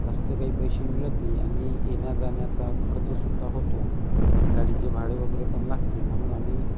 जास्त काही पैसे मिळत नाही आणि येण्याजाण्याचा खर्चसुद्धा होतो गाडीचे भाडे वगैरेपण लागते म्हणून आम्ही